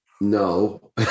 No